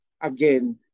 again